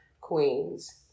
queens